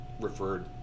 referred